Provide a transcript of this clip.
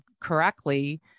correctly